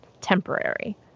temporary